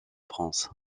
france